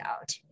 out